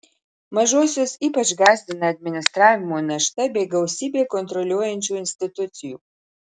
mažuosius ypač gąsdina administravimo našta bei gausybė kontroliuojančių institucijų